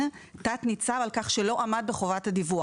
תת ניצב על כך שלא עמד בחובת הדיווח.